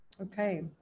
Okay